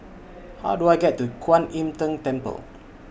How Do I get to Kuan Im Tng Temple